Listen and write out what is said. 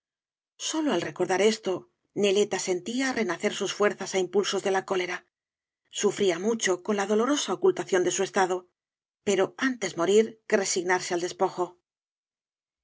sólo al recordar esto neleta sentía renacer sus fuerzas á impulsos de la cólera sufría mucho con la dolorosa ocultación de su estado pero antes morir que resignarse al despojo